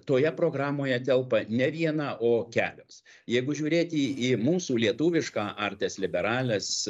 toje programoje telpa ne viena o kelios jeigu žiūrėti į mūsų lietuvišką artes liberales